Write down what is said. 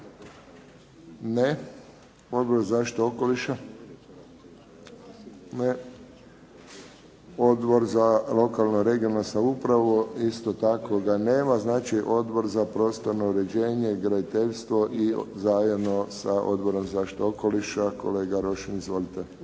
Ne. Odbor za zaštitu okoliša? Ne. Odbor za lokalnu i regionalnu samoupravu? Ne. Odbor za prostorno uređenje i graditeljstvo i zajedno sa Odborom za zaštitu okoliša kolega Rošin. Izvolite.